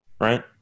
right